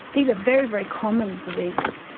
these are very, very common diseases.